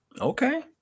okay